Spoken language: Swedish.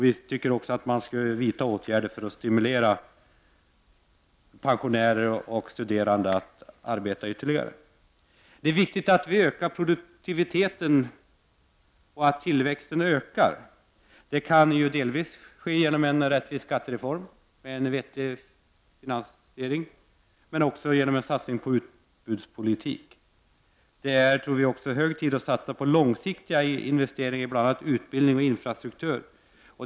Vi tycker att man skall vidta åtgärder för att stimulera pensionärer och studerande att arbeta ytterligare. Det är viktigt att produktiviteten och tillväxten ökar. Detta kan delvis åstadkommas genom en rättvis skattereform med en vettig finansiering men också genom en satsning på utbudspolitiken. Det är hög tid att satsa på långsiktiga investeringar, bl.a. på utbildning och infrastruktur.